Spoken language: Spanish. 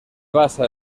basa